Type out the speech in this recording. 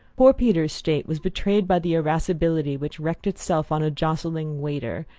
poor peter's state was betrayed by the irascibility which wreaked itself on a jostling waiter,